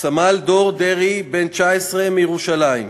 סמל דור דרעי, בן 19, מירושלים,